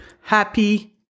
happy